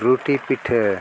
ᱨᱩᱴᱤ ᱯᱤᱴᱷᱟᱹ